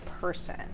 person